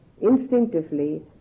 instinctively